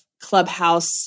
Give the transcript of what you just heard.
Clubhouse